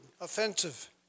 offensive